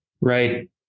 right